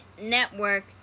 Network